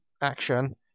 action